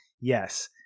Yes